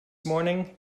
morning